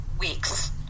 weeks